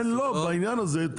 תן לו יותר קיזוז.